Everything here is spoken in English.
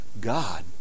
God